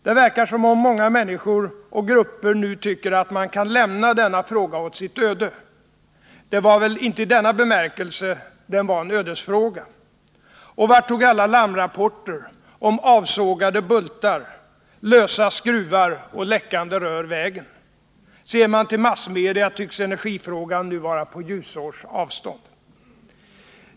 Det verkar som om många människor och grupper nu tycker att man kan lämna denna fråga åt sitt öde. Det var väl inte i denna bemärkelse den var en ödesfråga. Och vart tog alla larmrapporter om avsågade bultar, lösa skruvar och läckande rör vägen? Ser man till massmedia tycks energifrågan nu vara på ljusårs avstånd.